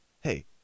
hey